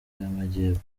y’amajyepfo